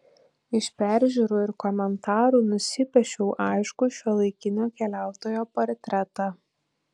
iš peržiūrų ir komentarų nusipiešiau aiškų šiuolaikinio keliautojo portretą